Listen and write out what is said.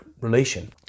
relation